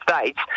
States